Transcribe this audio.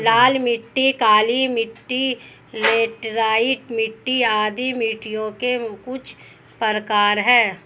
लाल मिट्टी, काली मिटटी, लैटराइट मिट्टी आदि मिट्टियों के कुछ प्रकार है